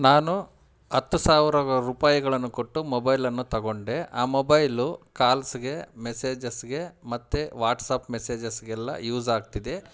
ನಾನು ಹತ್ತು ಸಾವಿರ ರೂಪಾಯಿಗಳನ್ನು ಕೊಟ್ಟು ಮೊಬೈಲನ್ನು ತಗೊಂಡೆ ಆ ಮೊಬೈಲು ಕಾಲ್ಸ್ಗೆ ಮೆಸೇಜಸ್ಗೆ ಮತ್ತು ವಾಟ್ಸ್ಆಪ್ ಮೆಸೇಜಸ್ಗೆಲ್ಲ ಯೂಸ್ ಆಗ್ತಿದೆ